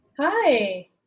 Hi